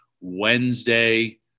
Wednesday